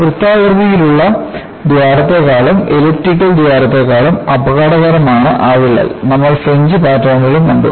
വൃത്താകൃതിയിലുള്ള ദ്വാരത്തേക്കാളും എലിപ്റ്റിക്കൽ ദ്വാരത്തേക്കാളും അപകടകരമാണ് ആ വിള്ളൽ നമ്മൾ ഫ്രിഞ്ച് പാറ്റേണുകളും കണ്ടു